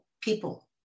people